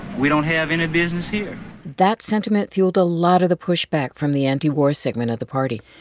we don't have any business here that sentiment fueled a lot of the pushback from the anti-war segment of the party.